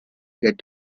get